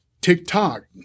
TikTok